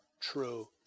true